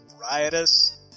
riotous